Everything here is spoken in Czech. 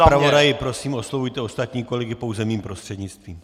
Pane zpravodaji, prosím oslovujte ostatní kolegy pouze mým prostřednictvím.